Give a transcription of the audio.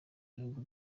bihugu